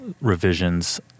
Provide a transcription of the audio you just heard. revisions